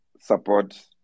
support